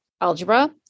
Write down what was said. algebra